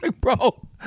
bro